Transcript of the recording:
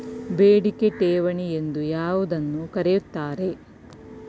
ಬೇಡಿಕೆ ಠೇವಣಿ ಎಂದು ಯಾವುದನ್ನು ಕರೆಯುತ್ತಾರೆ?